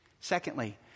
Secondly